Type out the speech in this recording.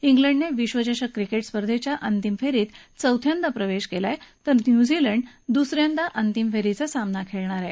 इंग्लंडने विश्वचषक क्रिकेट स्पर्धेच्या अंतिम फेरीत चौथ्यांदा प्रवेश केला आहे तर न्यूझीलंड दुसऱ्यांदा अंतिम फेरीचा सामना खेळणार आहे